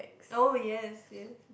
oh yes yes